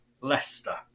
Leicester